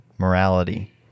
Morality